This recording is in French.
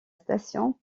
station